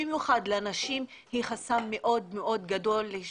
הדבר מהווה חסם מאוד מאוד גדול במיוחד